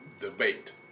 debate